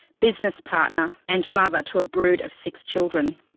business partner and mother to a brood of six children.